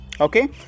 okay